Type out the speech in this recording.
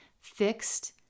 fixed